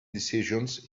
decisions